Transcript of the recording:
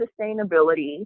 sustainability